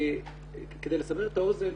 כדי לסבר את האוזן,